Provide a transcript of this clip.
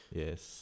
yes